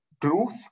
truth